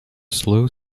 slow